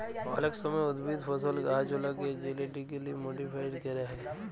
অলেক সময় উদ্ভিদ, ফসল, গাহাচলাকে জেলেটিক্যালি মডিফাইড ক্যরা হয়